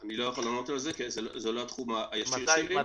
אני לא יכול לענות על זה כי זה לא התחום הישיר שלי.